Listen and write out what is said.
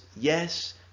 yes